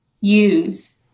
use